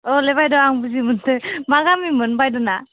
अले बायद' दं बुजि मोन्थो मा गामिमोन बायद'ना